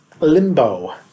limbo